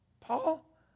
Paul